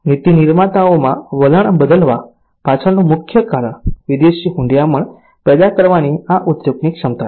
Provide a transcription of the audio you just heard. નીતિ નિર્માતાઓમાં વલણ બદલવા પાછળનું મુખ્ય કારણ વિદેશી હૂંડિયામણ પેદા કરવાની આ ઉદ્યોગની ક્ષમતા છે